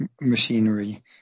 machinery